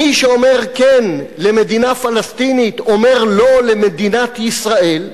מי שאומר כן למדינה פלסטינית אומר לא למדינת ישראל,